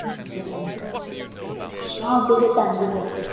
okay sir thank you sir okay sir thank you sir